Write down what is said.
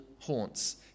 haunts